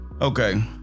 okay